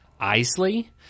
Isley